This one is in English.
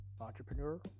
entrepreneur